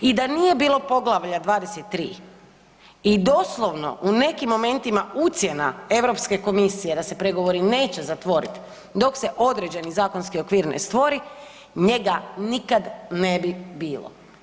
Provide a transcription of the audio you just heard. I da nije bilo poglavlja 23 i doslovno u nekim momentima ucjena Europske komisije da se pregovori neće zatvoriti dok se određeni zakonski okvir ne stvori, njega nikada ne bi bilo.